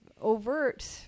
overt